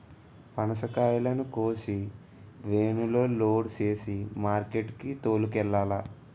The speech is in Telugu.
పనసకాయలను కోసి వేనులో లోడు సేసి మార్కెట్ కి తోలుకెల్లాల